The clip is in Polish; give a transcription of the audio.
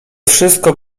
wszystko